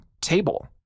table